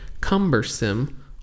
cumbersome